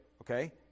okay